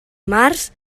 març